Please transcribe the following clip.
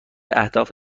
اهداف